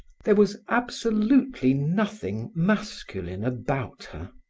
there was absolutely nothing masculine about her.